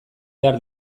behar